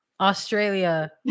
Australia